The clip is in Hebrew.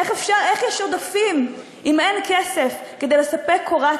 איך יש עודפים אם אין כסף כדי לספק קורת